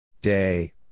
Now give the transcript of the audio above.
Day